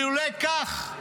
לולי כך,